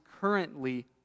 currently